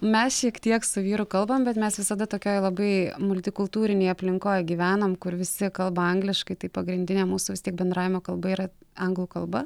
mes šiek tiek su vyru kalbam bet mes visada tokioj labai multikultūrinėj aplinkoj gyvenam kur visi kalba angliškai tai pagrindinė mūsų vis tiek bendravimo kalba yra anglų kalba